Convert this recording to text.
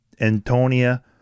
Antonia